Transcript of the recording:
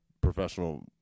professional